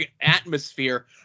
atmosphere